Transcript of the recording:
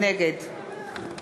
נגד